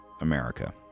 America